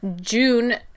june